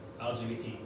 LGBT